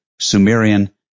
Sumerian